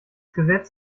gesetz